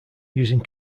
using